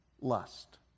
lust